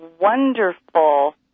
wonderful